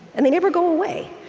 and they never go away.